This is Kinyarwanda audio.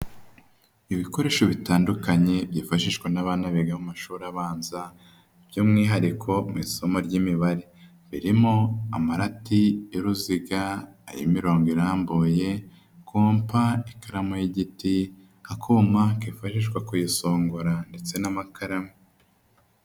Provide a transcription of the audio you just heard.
Ibikoresho bitandukanye byifashishwa n'a biga mu mashuri abanza by'umwihariko mu isomo ry'imibare, birimo amarati y'uruziga, imirongo irambuye, kompa, ikaramu y'igiti, akuma kifashishwa kuyisongora ndetse n'amakaramu.